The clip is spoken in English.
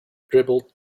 dribbled